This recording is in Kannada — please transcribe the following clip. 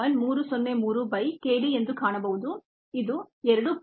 303 by k d ಎಂದು ಕಾಣಬಹುದು ಇದು 2